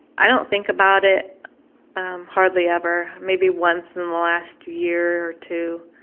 i don't think about it hardly ever, maybe once in the last year or two,